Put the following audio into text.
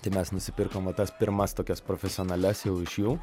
tai mes nusipirkom va tas pirmas tokias profesionalias jau iš jų